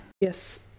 Yes